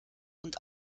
und